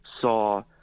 saw